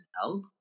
help